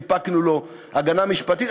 סיפקנו לו הגנה משפטית.